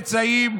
לא משנה איזה סוג.